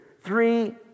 three